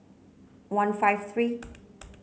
one five three